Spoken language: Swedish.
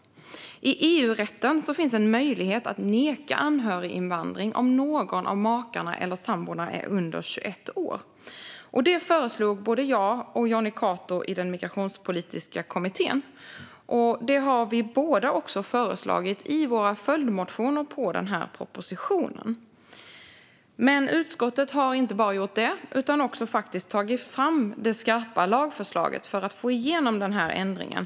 I EU-rätten finns en möjlighet att neka anhöriginvandring om någon av makarna eller samborna är under 21 år. Detta föreslog både jag och Jonny Cato i den migrationspolitiska kommittén, och det har vi båda också föreslagit i våra följdmotioner på propositionen. Utskottet har också tagit fram det skarpa lagförslaget för att få igenom ändringen.